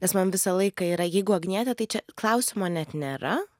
nes man visą laiką yra jeigu agnietė tai čia klausimo net nėra